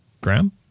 Graham